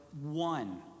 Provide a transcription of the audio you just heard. one